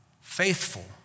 faithful